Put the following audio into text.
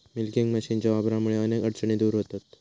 milking मशीनच्या वापरामुळा अनेक अडचणी दूर व्हतहत